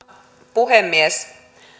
puhemies